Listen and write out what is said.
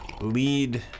lead